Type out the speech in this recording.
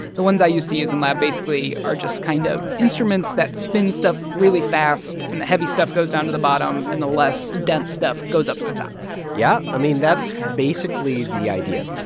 the ones i used to use in lab, basically, are just kind of instruments that spin stuff really fast, and the heavy stuff goes down to the bottom, and the less dense stuff goes up to the top yeah. i mean, that's basically the idea.